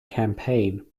campaign